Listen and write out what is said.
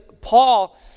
Paul